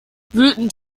wütend